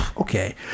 Okay